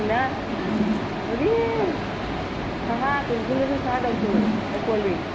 जोंना ओरै साहा बेंटलनिफ्राय साहा दावखो आइफवालि